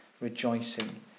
rejoicing